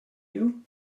you